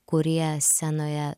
kurie scenoje